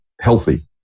healthy